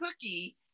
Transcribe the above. cookie